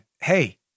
hey